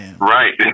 right